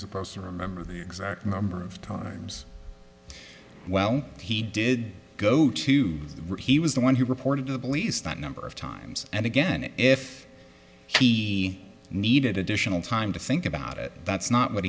going to remember the exact number of times well he did go to he was the one who reported to the police that number of times and again if he needed additional time to think about it that's not what